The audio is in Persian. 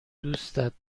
دوستت